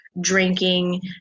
drinking